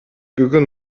бүгүн